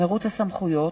מירוץ הסמכויות),